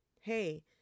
hey